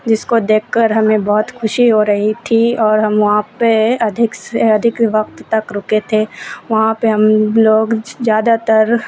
جس کو دیکھ کر ہمیں بہت خوشی ہو رہی تھی اور ہم وہاں پہ ادھک سے ادھک وقت تک رکے تھے وہاں پہ ہم لوگ زیادہ تر